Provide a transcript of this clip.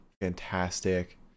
fantastic